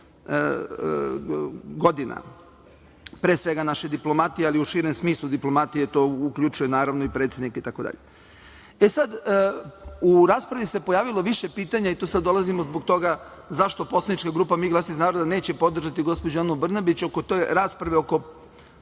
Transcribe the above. godina, pre svega naše diplomatije, ali u širem smislu diplomatije. To uključuje, naravno, i predsednika itd. Sad, u raspravi se pojavilo više pitanja i sad dolazimo zbog toga zašto poslanička grupa „Mi glas iz naroda“ neće podržati gospođu Anu Brnabić oko te rasprave oko